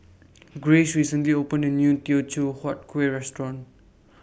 Grace recently opened A New Teochew Huat Kueh Restaurant